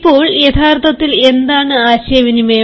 ഇപ്പോൾ യഥാർത്ഥത്തിൽ എന്താണ് ആശയവിനിമയം